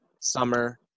summer